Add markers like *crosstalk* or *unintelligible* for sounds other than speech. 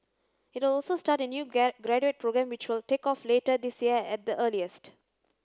it will also start a new *unintelligible* graduate programme which will take off later this year at the earliest